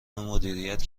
مدیریت